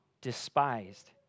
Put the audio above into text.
despised